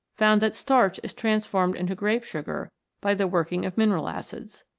found that starch is transformed into grape sugar by the working of mineral acids.